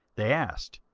they asked,